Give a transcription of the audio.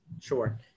Sure